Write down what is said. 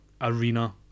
arena